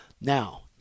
Now